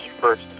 first